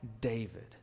David